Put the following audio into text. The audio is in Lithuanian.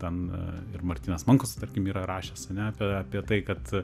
ten ir martynas mankus tarkim yra rašęs ane apie tai kad